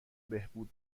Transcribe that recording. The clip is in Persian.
بهبود